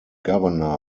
governor